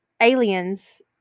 Aliens